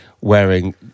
wearing